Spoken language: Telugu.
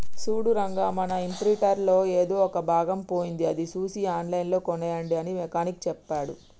సూడు రంగా మన ఇంప్రింటర్ లో ఎదో ఒక భాగం పోయింది అది సూసి ఆన్లైన్ లో కోనేయండి అని మెకానిక్ సెప్పాడు